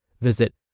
Visit